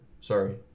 Sorry